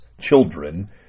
children